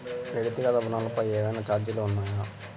వ్యక్తిగత ఋణాలపై ఏవైనా ఛార్జీలు ఉన్నాయా?